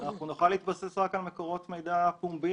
אנחנו נוכל להתבסס רק על מקורות מידע פומביים.